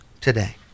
today